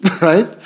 right